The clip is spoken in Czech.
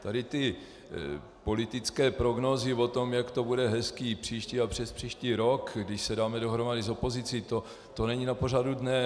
Tady ty politické prognózy o tom, jak to bude hezké příští a přespříští rok, když se dáme dohromady s opozicí, to není na pořadu dne.